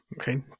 Okay